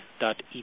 dot